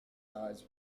eyes